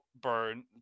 burn